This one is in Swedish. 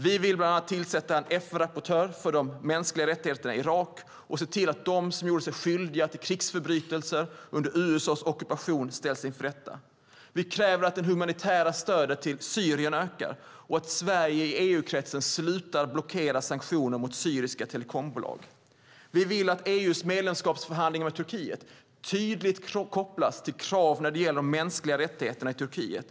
Vi vill bland annat tillsätta en FN-rapportör för de mänskliga rättigheterna i Irak och se till att de som gjorde sig skyldiga till krigsförbrytelser under USA:s ockupation ställs inför rätta. Vi kräver att det humanitära stödet till Syrien ökar och att Sverige i EU-kretsen slutar blockera sanktioner mot syriska telekombolag. Vi vill att EU:s medlemskapsförhandlingar med Turkiet tydligt kopplas till krav när det gäller de mänskliga rättigheterna i Turkiet.